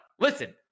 listen